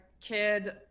kid